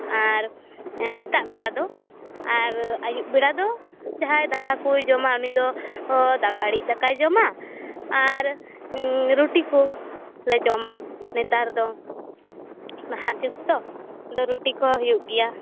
ᱟᱨ ᱥᱮᱛᱟᱜ ᱵᱮᱲᱟ ᱫᱚ ᱟᱨ ᱟᱭᱩᱵ ᱵᱮᱲᱟ ᱫᱚ ᱡᱟᱦᱟᱸᱭ ᱫᱟᱠᱟᱠᱚᱭ ᱡᱚᱢᱟ ᱩᱱᱤᱫᱚ ᱫᱟᱠᱟ ᱟᱹᱲᱤᱡ ᱫᱟᱠᱟᱭ ᱡᱚᱢᱟ ᱟᱨ ᱨᱩᱴᱤ ᱠᱩ ᱞᱮ ᱡᱚᱢᱟ ᱱᱮᱛᱟᱨ ᱫᱚ ᱱᱟᱦᱟᱜ ᱡᱩᱜᱽ ᱛᱚ ᱫᱚ ᱨᱩᱴᱤᱠᱚ ᱦᱩᱭᱩᱜ ᱜᱮᱭᱟ